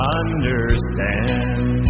understand